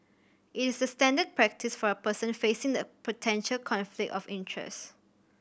it is the standard practice for a person facing the potential conflict of interest